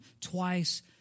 twice